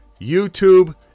YouTube